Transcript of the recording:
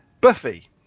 Buffy